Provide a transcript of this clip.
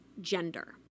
gender